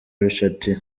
richard